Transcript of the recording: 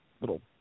little